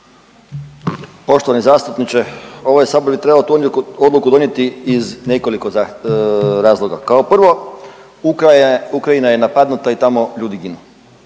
Poštovani zastupniče ovaj Sabor bi trebao tu odluku donijeti iz nekoliko razloga. Kao prvo, Ukrajina je napadnuta i tamo ljudi ginu.